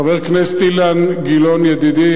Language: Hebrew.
חבר הכנסת אילן גילאון ידידי,